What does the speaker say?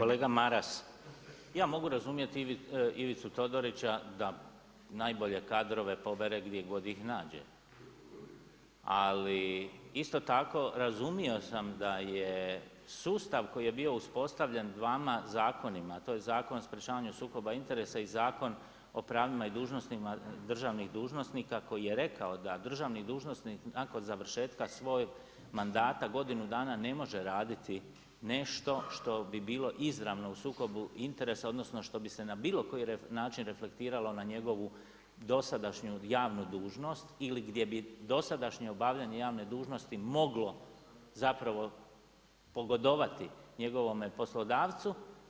Kolega Maras, ja mogu razumjeti Ivicu Todorića da najbolje kadrove gdje god ih nađe, ali isto tako razumio sam da je sustav koji je bio uspostavljen vama zakonima, a to je Zakon o sprječavanju sukoba interesa i Zakon o pravima i dužnostima državnih dužnosnika koji je rekao da državni dužnosnik nakon završetka svog mandata godinu dana ne može raditi nešto što bi bilo izravno u sukobu interesa, odnosno što bi se na bilo koji način reflektiralo na njegovu dosadašnju javnu dužnost ili gdje bi dosadašnje obavljanje javne dužnosti moglo zapravo pogodovati njegovome poslodavcu.